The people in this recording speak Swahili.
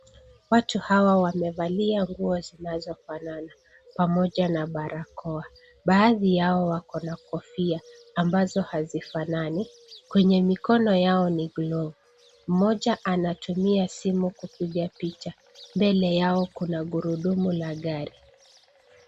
Watu hawa wamevalia nguo zinazofanana pamoja na barakoa. Baadhi yao wako na kofia ambazo hazifanani. Kwenye mikono yao ni glavu. Mmoja anatumia simu kupiga picha. Mbele yao kuna gurudumu la gari.